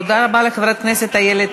תודה רבה לחברת הכנסת איילת